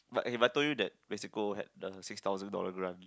but I told you that Mexico had the six thousand dollar grant